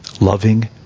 loving